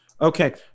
Okay